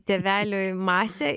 tėveliui masė